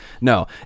no